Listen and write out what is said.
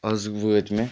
آز وٲتۍ مےٚ